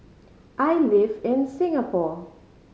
I live in Singapore